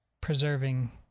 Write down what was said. preserving